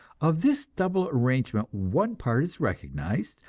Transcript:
of this double arrangement one part is recognized,